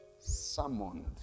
summoned